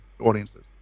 audiences